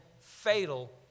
fatal